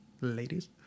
Ladies